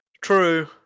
True